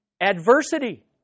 adversity